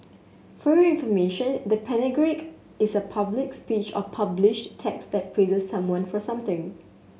For Your Information the panegyric is a public speech or published text that praises someone for something